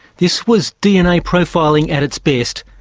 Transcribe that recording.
this was dna profiling at its best,